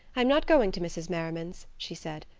i'm not going to mrs. merriman's, she said.